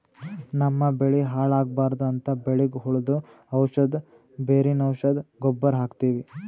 ನಮ್ಮ್ ಬೆಳಿ ಹಾಳ್ ಆಗ್ಬಾರ್ದು ಅಂತ್ ಬೆಳಿಗ್ ಹುಳ್ದು ಔಷಧ್, ಬೇರಿನ್ ಔಷಧ್, ಗೊಬ್ಬರ್ ಹಾಕ್ತಿವಿ